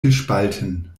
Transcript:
gespalten